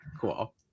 cool